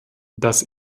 dass